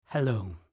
Hello